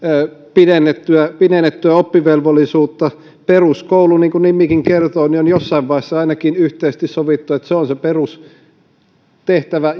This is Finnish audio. pidennettyä pidennettyä oppivelvollisuutta peruskoulusta niin kuin nimikin kertoo on ainakin jossain vaiheessa yhteisesti sovittu että se on se perustehtävä